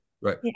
Right